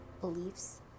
beliefs